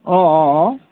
অঁ অঁ অঁ